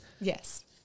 Yes